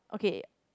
okay